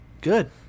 good